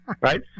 Right